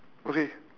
okay